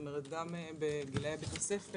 כלומר גם בגילאי בית ספר,